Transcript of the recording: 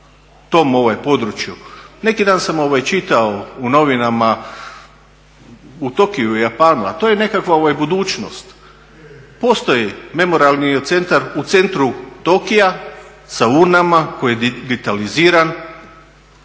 tom području. Neki dan sam čitao u novinama u Tokiju, u Japanu a to je nekakva budućnost, postoji memorijalni centar u centru Tokija sa urnama koji je digitaliziran,